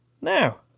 now